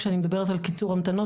כשאני מדברת על קיצור המתנות,